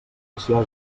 cassià